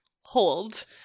hold